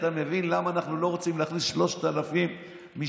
אתה מבין למה אנחנו לא רוצים להכניס 3,000 משפחות,